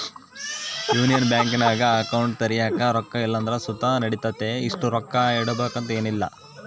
union ಬ್ಯಾಂಕಿನಾಗ account ತೆರ್ಯಾಕ ರೊಕ್ಕ ಇಲ್ಲಂದ್ರ ಸುತ ನಡಿತತೆ, ಇಷ್ಟು ರೊಕ್ಕ ಇಡುಬಕಂತ ಏನಿಲ್ಲ